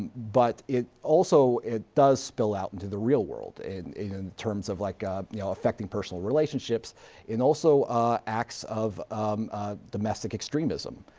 but it also, it does spill out into the real world in in terms of like you know, affecting personal relationships and also acts of domestic extremism.